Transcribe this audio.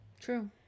True